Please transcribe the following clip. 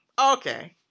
Okay